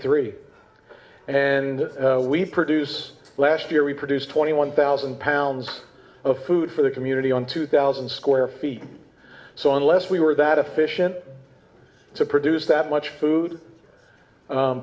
three and we produce last year we produce twenty one thousand pounds of food for the community on two thousand square feet so unless we were that efficient to produce that much food